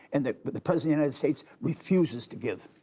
and that but the president united states refuses to give.